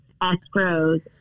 escrows